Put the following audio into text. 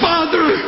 Father